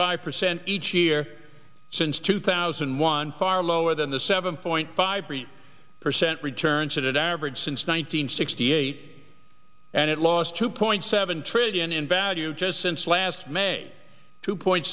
five percent each year since two thousand and one far lower than the seven point five percent returns that average since one nine hundred sixty eight and it lost two point seven trillion in value just since last may two point